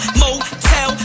motel